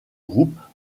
groupes